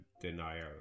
denial